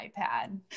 iPad